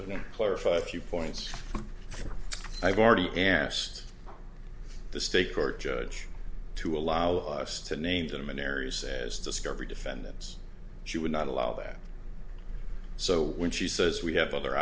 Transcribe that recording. me clarify a few for each i've already asked the state court judge to allow us to name them in areas as discovery defendants she would not allow that so when she says we have other